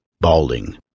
balding